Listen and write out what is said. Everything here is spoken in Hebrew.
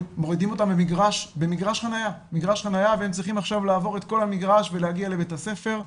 במגרש חניה והם צריכים לעבור את כל המגרש ולהגיע לבית הספר.